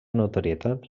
notorietat